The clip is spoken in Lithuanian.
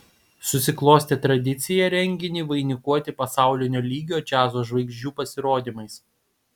susiklostė tradicija renginį vainikuoti pasaulinio lygio džiazo žvaigždžių pasirodymais